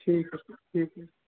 ٹھیٖک حظ چھُ ٹھیٖک ٹھیٖک